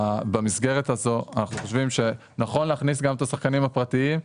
במסגרת הזאת אנחנו חושבים שנכון להכניס גם את השחקנים הפרטיים,